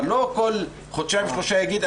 אבל לא כל חודשיים-שלושה יגיד,